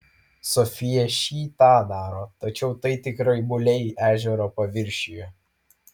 sofija šį tą daro tačiau tai tik raibuliai ežero paviršiuje